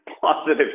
Positive